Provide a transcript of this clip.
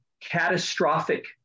catastrophic